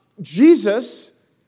Jesus